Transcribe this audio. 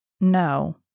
No